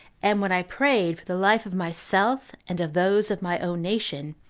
and when i prayed for the life of myself, and of those of my own nation,